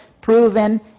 proven